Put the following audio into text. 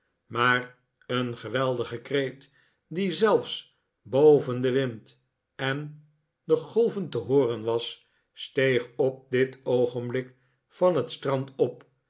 maar een geweldige kreet die zelfs boven den wind en de golven te hooren was steeg op dit oogenblik van het strand op